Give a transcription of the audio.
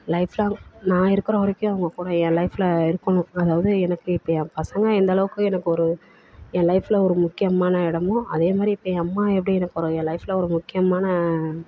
life long நான் இருக்கிற வரைக்கும் அவங்கக் கூட என் லைஃபில் இருக்கணும் அதாவது எனக்கு இப்போ என் பசங்க எந்த அளவுக்கு எனக்கு ஒரு என் லைஃபில் ஒரு முக்கியமான இடமோ அதே மாதிரி இப்போ என் அம்மா எப்படி எனக்கு ஒரு என் லைஃபில் ஒரு முக்கியமான